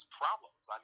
problems